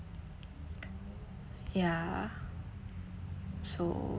ya so